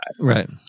Right